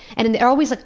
and and they always like